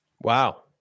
Wow